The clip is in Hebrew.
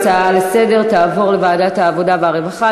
ההצעה לסדר-היום תעבור לוועדת העבודה והרווחה.